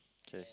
okay